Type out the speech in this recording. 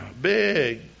big